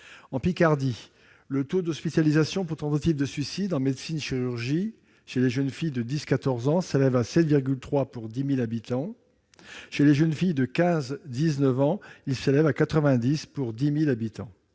En Picardie, le taux d'hospitalisation pour tentative de suicide en médecine-chirurgie, chez les jeunes filles de 10 à 14 ans, s'élève à 7,3 pour 10 000 habitants. Chez les jeunes filles de 15 à 19 ans, il est de 90 pour 10 000 habitants.